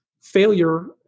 failure